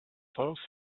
sauce